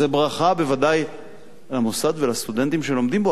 זה ברכה בוודאי למוסד ולסטודנטים שלומדים בו,